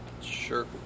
Sure